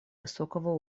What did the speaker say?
высокого